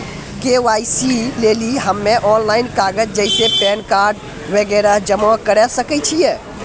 KYC लेली हम्मय online कागज जैसे पैन कार्ड वगैरह जमा करें सके छियै?